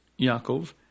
Yaakov